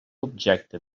objecte